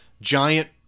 giant